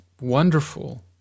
Wonderful